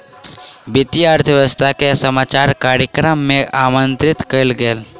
वित्तीय अर्थशास्त्री के समाचार कार्यक्रम में आमंत्रित कयल गेल